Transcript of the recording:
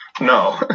No